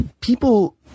people –